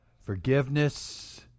forgiveness